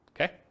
Okay